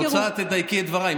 תדייקי את דבריי.